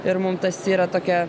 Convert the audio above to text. ir mum tas yra tokia